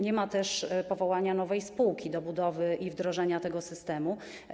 Nie ma też powołania nowej spółki do budowy i wdrożenia tego systemu.